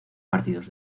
partidos